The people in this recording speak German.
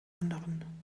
anderen